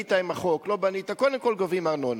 בנית עם החוק, לא בנית, קודם כול גובים ארנונה.